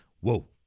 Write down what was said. whoa